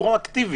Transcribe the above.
פרואקטיבית.